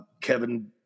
Kevin